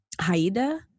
Haida